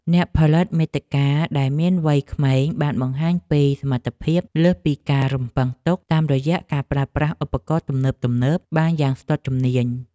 អ្នកផលិតមាតិកាដែលមានវ័យក្មេងបានបង្ហាញពីសមត្ថភាពលើសពីការរំពឹងទុកតាមរយៈការប្រើប្រាស់ឧបករណ៍ទំនើបៗបានយ៉ាងស្ទាត់ជំនាញ។